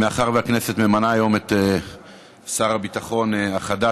מאחר שהכנסת ממנה היום את שר הביטחון החדש